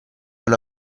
una